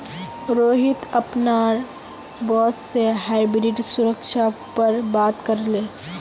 रोहित अपनार बॉस से हाइब्रिड सुरक्षा पर बात करले